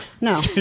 no